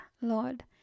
Lord